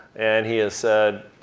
and he has said,